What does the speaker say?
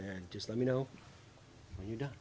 and just let me know when you done